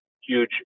huge